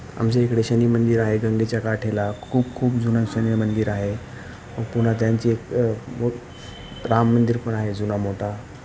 आमच्या इकडे शनी मंदिर आहे गंगेच्या काठेला खूप खूप जुनं शनी मंदिर आहे पुन्हा त्यांची एक राम मंदिर पण आहे जुना मोठा